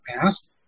past